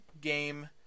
game